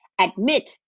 Admit